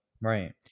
Right